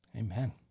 Amen